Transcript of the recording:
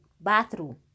bathroom